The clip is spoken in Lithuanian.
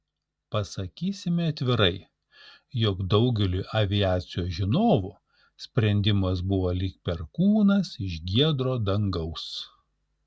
pasakysime atvirai jog daugeliui aviacijos žinovų sprendimas buvo lyg perkūnas iš giedro dangaus